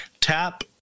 tap